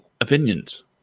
opinions